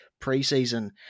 preseason